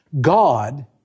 God